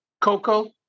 Coco